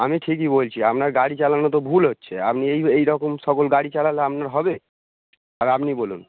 আমি ঠিকই বলছি আপনার গাড়ি চালানো তো ভুল হচ্ছে আপনি এই এইরকম সকল গাড়ি চালালে আপনার হবে আর আপনি বলুন